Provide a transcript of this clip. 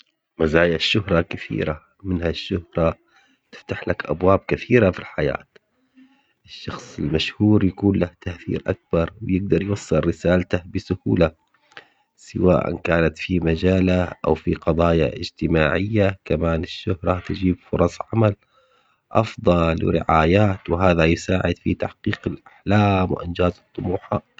مزايا الشهرة كثيرة منها الشهرة تفتح لك أبواب كثيرة في الحياة، الشخص المشهور يكون له تأثير أكبر يقدر يوصل رسالته بسهولة سواءً كانت في مجاله او في قضايا اجتماعية، كمان الشهرة تجيب فرص عمل أفضل ورعايات وهذا يساعد في تحقيق الأحلام وإنجاز الطموحات.